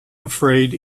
afraid